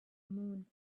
moon